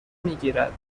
میگیرد